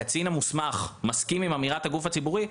הקצין המוסמך מסכים עם אמירת הגוף הציבורי,